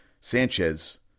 Sanchez